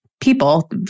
people